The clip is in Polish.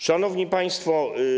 Szanowni Państwo!